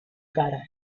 cara